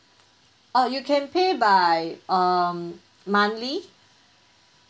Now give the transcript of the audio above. uh you can pay by um monthly